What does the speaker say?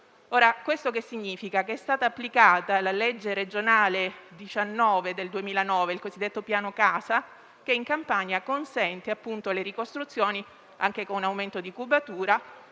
Questo significa che è stata applicata la legge regionale n. 19 del 2009, il cosiddetto piano casa, che in Campania consente ricostruzioni anche con aumento di cubatura,